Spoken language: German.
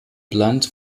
blunt